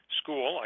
school